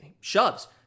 shoves